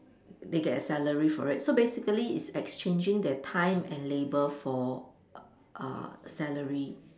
they get a salary for it so basically it's exchanging their time and labour for uh salary